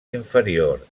inferior